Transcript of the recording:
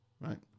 right